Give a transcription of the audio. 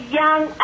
young